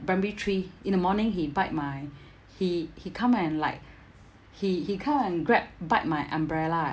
primary three in the morning he bite my he he come and like he he come and grab bite my umbrella